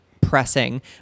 pressing